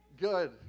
Good